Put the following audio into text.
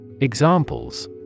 Examples